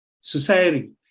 society